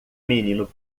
menino